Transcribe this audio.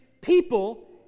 people